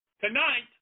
Tonight